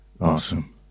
Awesome